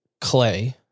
Clay